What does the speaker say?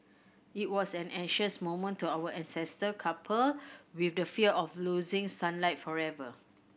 it was an anxious moment to our ancestor coupled with the fear of losing sunlight forever